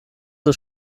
des